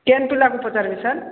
କେନ୍ ପିଲାକୁ ପଚାରିବି ସାର୍